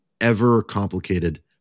ever-complicated